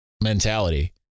mentality